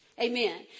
Amen